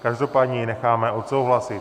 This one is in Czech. Každopádně ji necháme odsouhlasit.